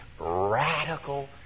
radical